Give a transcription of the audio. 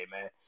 man